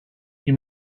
you